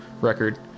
record